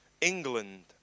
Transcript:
England